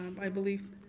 um i believe.